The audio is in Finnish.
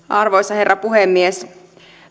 arvoisa herra puhemies